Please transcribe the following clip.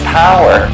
power